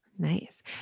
Nice